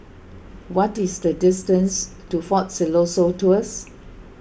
what is the distance to fort Siloso Tours